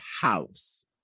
house